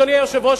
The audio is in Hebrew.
אדוני היושב-ראש,